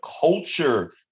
culture